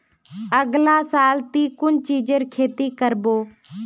अगला साल ती कुन चीजेर खेती कर्बो